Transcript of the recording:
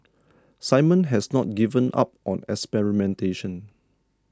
Simon has not given up on experimentation